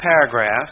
paragraph